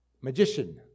Magician